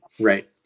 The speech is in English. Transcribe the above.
Right